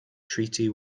treaty